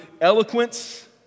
eloquence